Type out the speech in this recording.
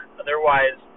otherwise